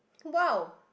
!wow!